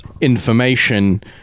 information